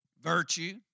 virtue